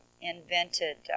invented